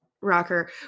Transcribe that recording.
rocker